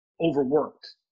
overworked